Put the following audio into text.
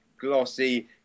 glossy